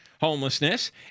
homelessness